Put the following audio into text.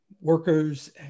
workers